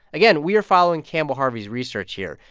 again, we are following campbell harvey's research here.